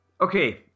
Okay